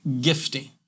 gifting